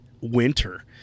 winter